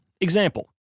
Example